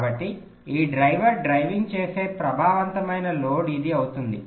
కాబట్టి ఈ driver driving చేసే ప్రభావవంతమైన లోడ్ ఇది అవుతుంది